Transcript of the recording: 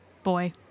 Boy